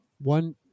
one